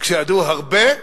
כשידעו הרבה,